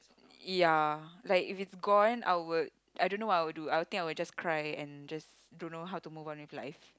ya like if it is gone I would I don't know what I would do I think I would just cry and just don't know how to move on with life